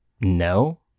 no